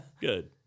Good